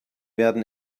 werden